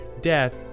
death